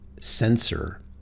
sensor